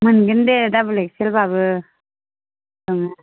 मोनगोन दे दाबोल एक्सेलबाबो दङ